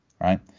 right